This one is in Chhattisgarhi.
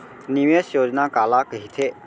निवेश योजना काला कहिथे?